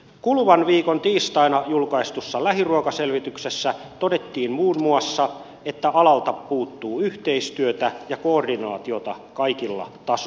kuluvan viikon tiistaina julkaistussa lähiruokaselvityksessä todettiin muun muassa että alalta puuttuu yhteistyötä ja koordinaatiota kaikilla tasoilla